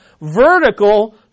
vertical